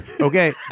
Okay